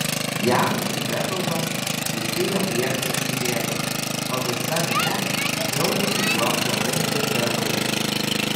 jam tai bekalbant visi jo priešai susigėdo o visa minia džiaugėsi jo šlovingais darbais